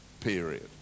Period